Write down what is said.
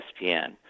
ESPN